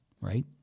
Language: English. right